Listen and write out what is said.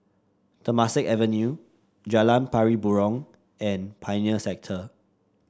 Temasek Avenue Jalan Pari Burong and Pioneer Sector